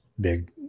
big